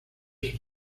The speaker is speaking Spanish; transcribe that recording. sus